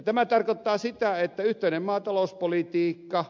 tämä tarkoittaa sitä että yhteinen maatalouspolitiikka